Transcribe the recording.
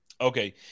Okay